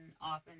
often